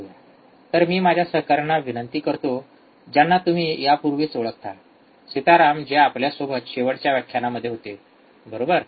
तर मी माझ्या सहकाऱ्यांना विनंती करतो ज्यांना तुम्ही यापूर्वीच ओळखता सिताराम जे आपल्या सोबत शेवटच्या व्याख्यानामध्ये होते बरोबर